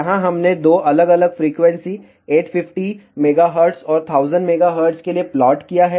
यहां हमने दो अलग अलग फ्रीक्वेंसी 850 MHz और 1000 MHz के लिए प्लॉट दिखाया है